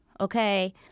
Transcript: Okay